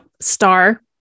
star